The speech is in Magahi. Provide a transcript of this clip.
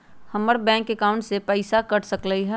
हमर बैंक अकाउंट से पैसा कट सकलइ ह?